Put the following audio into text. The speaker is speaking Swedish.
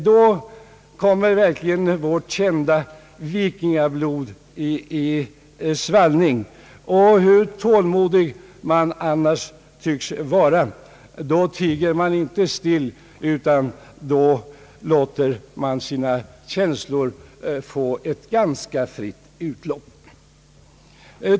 Då kommer verkligen vårt kända vikingablod i svallning, och hur tålmodig man annars än tycks vara, tiger man då inte stilla utan låter sina känslor få ett ganska fritt utlopp.